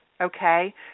okay